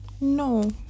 no